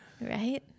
Right